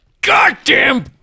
goddamn